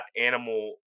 animal